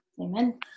Amen